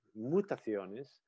Mutaciones